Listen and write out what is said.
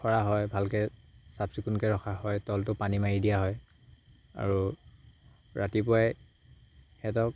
খৰা হয় ভালকে চাফ চিকুণকে ৰখা হয় তলটো পানী মাৰি দিয়া হয় আৰু ৰাতিপুৱাই সিহঁতক